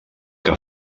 que